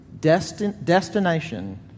destination